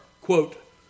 quote